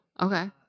Okay